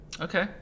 okay